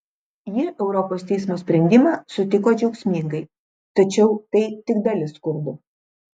jie europos teismo sprendimą sutiko džiaugsmingai tačiau tai tik dalis kurdų